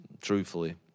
Truthfully